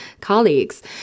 colleagues